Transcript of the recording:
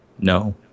No